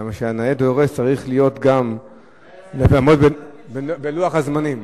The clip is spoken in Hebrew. כי הנאה דורש צריך לעמוד בלוח הזמנים.